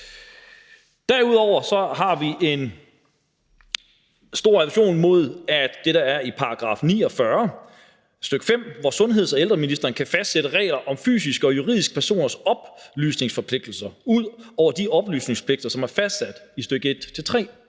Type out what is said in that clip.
Derudover har vi en stor aversion mod det, der er i § 49, stk. 5, hvor sundheds- og ældreministeren kan fastsætte regler om fysiske og juridiske personers oplysningsforpligtelser ud over de oplysningsforpligtelser, som er fastsat i stk. 1-3.